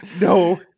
No